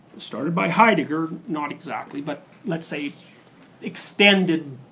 started by heidegger, not exactly but let's say extended